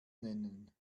nennen